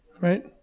right